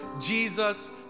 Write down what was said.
Jesus